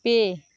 ᱯᱮ